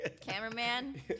Cameraman